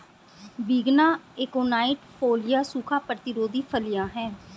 विग्ना एकोनाइट फोलिया सूखा प्रतिरोधी फलियां हैं